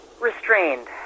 restrained